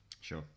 Sure